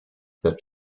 that